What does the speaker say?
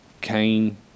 Cain